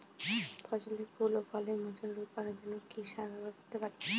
ফসলের ফুল ও ফলের মোচন রোধ করার জন্য কি সার ব্যবহার করতে পারি?